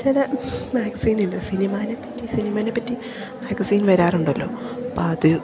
ചില മാഗസീന്ണ്ട് സിനിമാനെപ്പറ്റി സിനിമനെപ്പറ്റി മാഗസിൻ വരാറുണ്ടല്ലോ അപ്പം അത്